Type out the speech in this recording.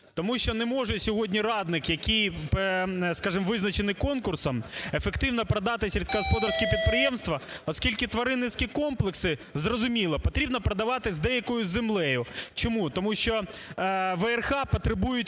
Тому що не може сьогодні радник який, скажем, визначений конкурсом, ефективно продати сільськогосподарські підприємства, оскільки тваринницькі комплекси, зрозуміло, потрібно продавати з деякою землею. Чому? Тому що ВРХ потребують